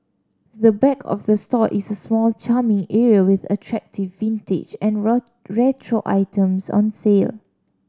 the back of the store is a small charming area with attractive vintage and retro items on sale